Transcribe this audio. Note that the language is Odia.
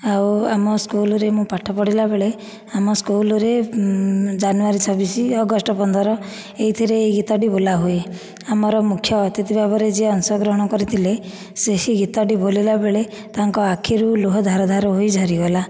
ଆଉ ଆମ ସ୍କୁଲ୍ରେ ମୁଁ ପାଠ ପଢ଼ିଲା ବେଳେ ଆମ ସ୍କୁଲ୍ରେ ଜାନୁଆରୀ ଛବିଶ ଅଗଷ୍ଟ ପନ୍ଦର ଏଇଥିରେ ଏହି ଗୀତଟି ବୋଲାହୁଏ ଆମର ମୁଖ୍ୟ ଅତିଥି ଭାବରେ ଯିଏ ଅଂଶଗ୍ରହଣ କରିଥିଲେ ସେହି ଗୀତଟି ବୋଲିଲା ବେଳେ ତାଙ୍କ ଆଖିରୁ ଲୁହ ଧାର ଧାର ହୋଇ ଝରିଗଲା